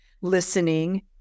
listening